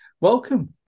welcome